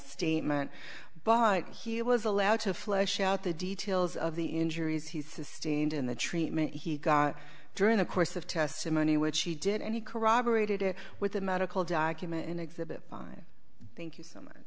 statement but he was allowed to flesh out the details of the injuries he sustained in the treatment he got during the course of testimony which he did and he corroborated it with the medical document in exhibit fine thank you so much